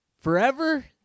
forever